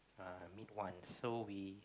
uh meet once so we